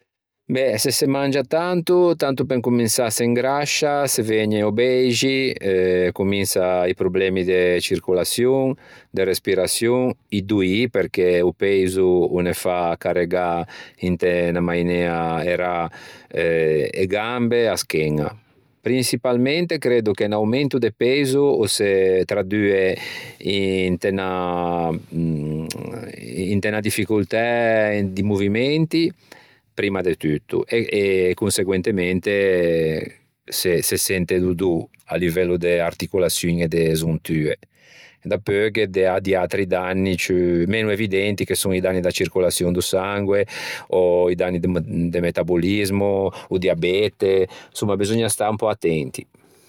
Beh se se mangia tanto, tanto pe incomensâ se ingrascia, se vëgne obeixi, cominsa i problemi de circolaçion, de respiraçion, i doî perché o peiso o ne fa carregâ inte unna mainea errâ e gambe, e a scheña. Prinçipalmente creddo che un aumento de peiso o se tradue inte unna inte unna difficoltæ di movimenti primma de tutto e conseguentemente se sente do dô à livello de articolaçioin e de zontue. Dapeu gh'é de atr- di atri danni ciù meno evidenti che son i danni da circolaçion do sangue, ò i danni do m- de metabolismo o diabete, insomma beseugna stâ un pö attenti.